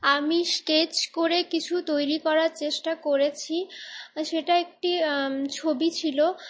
আমি স্কেচ করে কিছু তৈরি করার চেষ্টা করেছি সেটা একটি ছবি ছিল